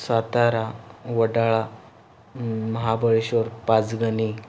Satara Wadala Mahabaleshwar Panchgani